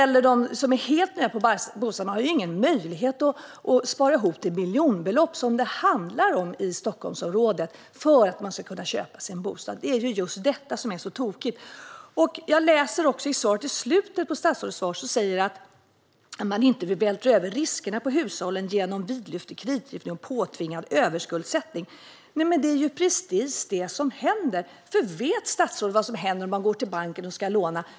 Och de som är helt nya på bostadsmarknaden har ingen möjlighet att spara ihop till de miljonbelopp det handlar om i Stockholmsområdet för att kunna köpa sig en bostad. Det är detta som är så tokigt. I slutet av statsrådets svar säger han att han inte vill "vältra över riskerna på hushållen genom vidlyftig kreditgivning eller påtvingad överskuldsättning". Men det är precis det som händer. Vet statsrådet vad som händer när man går till banken för att låna?